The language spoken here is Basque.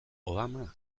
obama